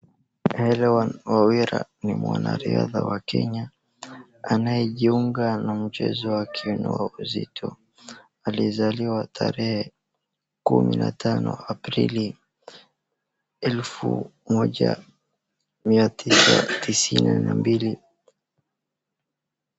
Hellen Obiri ni mwanariadha wa Kenya. Anayejiunga na mchezo wa kunyanyua uzito. Alizaliwa tarehe kumi na tano aprili elfu moja mia tisa tisini na mbili.